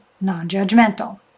non-judgmental